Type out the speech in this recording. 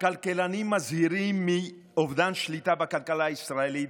הכלכלנים מזהירים מאובדן שליטה בכלכלה הישראלית,